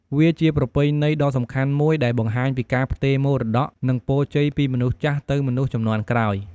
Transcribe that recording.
វាជាប្រពៃណីដ៏សំខាន់មួយដែលបង្ហាញពីការផ្ទេរមរតក និងពរជ័យពីមនុស្សចាស់ទៅមនុស្សជំនាន់ក្រោយ។